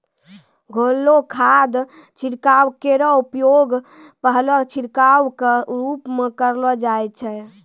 घोललो खाद छिड़काव केरो उपयोग पहलो छिड़काव क रूप म करलो जाय छै